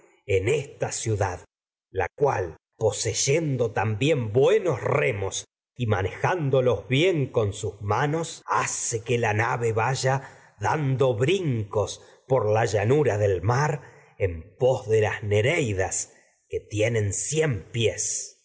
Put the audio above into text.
en esta ciudad la cual poseyendo sus también manos buenos remos y manejándolos bien con vaya hace que la nave dando brincos por la llanura del mar en pos de las nereidas que tienen cien pies